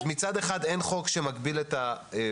אז מצד אחד אין חוק שמגביל את הסייעות